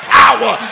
power